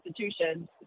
institutions